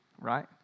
Right